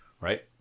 Right